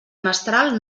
mestral